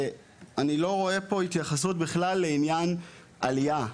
ואני לא רואה פה התייחסות בכלל לעניין עלייה.